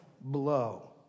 blow